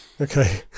Okay